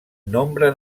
nombre